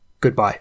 Goodbye